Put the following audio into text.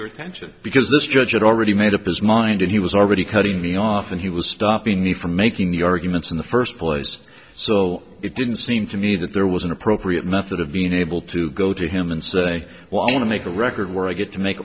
your attention because this judge had already made up his mind and he was already cutting me off and he was stopping me from making the arguments in the first place so it didn't seem to me that there was an appropriate method of being able to go to him and say well i want to make a record where i get to make